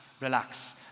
relax